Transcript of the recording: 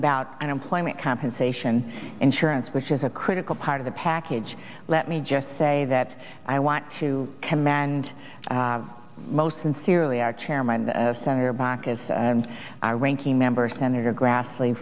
about unemployment compensation insurance which is a critical part of the package let me just say that i want to commend most sincerely our chairman senator baucus our ranking member senator grassle